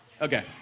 Okay